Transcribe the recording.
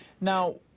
Now